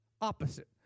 opposite